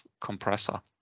compressor